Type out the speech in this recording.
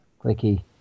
clicky